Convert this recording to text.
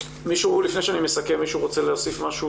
לפני שאני מסכם מישהו רוצה להוסיף משהו?